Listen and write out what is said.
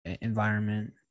environment